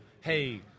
hey